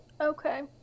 okay